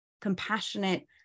compassionate